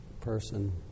person